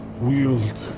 Wield